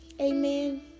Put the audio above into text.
Amen